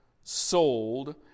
sold